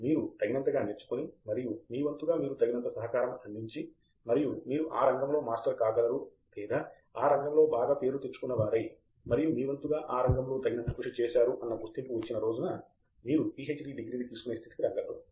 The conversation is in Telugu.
మీరు తగినంతగా నేర్చుకుని మరియు మీ వంతుగా మీరు తగినంత సహకారము అందించి మరియు మీరు ఆ రంగంలో మాస్టర్ కాగలరు లేదా ఆ రంగంలో బాగా పేరు తెచ్చుకున్నవారై మరియు మీ వంతుగా ఆ రంగములో తగినంత కృషి చేశారు అన్న గుర్తింపు వచ్చిన రోజున మీరు పీహెచ్డీ డిగ్రీని తీసుకునే స్థితికి రాగలరు